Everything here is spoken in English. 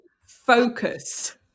Focus